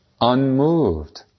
Unmoved